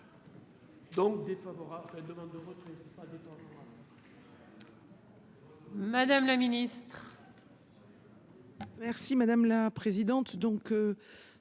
Donc défavorable